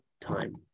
time